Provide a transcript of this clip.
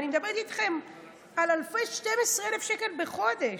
אני מדברת איתכם על 12,000 בחודש,